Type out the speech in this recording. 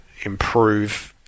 improve